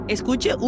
Escuche